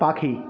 পাখি